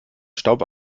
staub